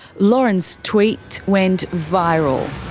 lauren's tweet went viral.